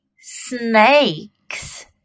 snakes